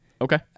Okay